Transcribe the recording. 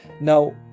Now